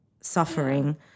suffering